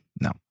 No